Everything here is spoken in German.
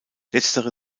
letztere